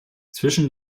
zwischen